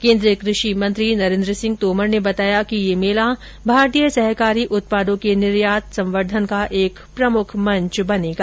केन्द्रीय कृषि मंत्री नरेन्द्र सिंह तोमर ने बताया कि ये मेला भारतीय सहकारी उत्पादों के निर्यात संवर्द्वन का एक प्रमुख मंच बनेगा